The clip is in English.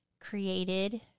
created